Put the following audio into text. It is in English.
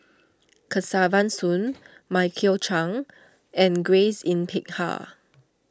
Kesavan Soon Michael Chiang and Grace Yin Peck Ha